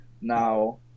now